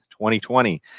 2020